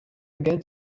again